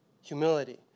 humility